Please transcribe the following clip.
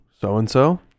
so-and-so